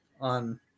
on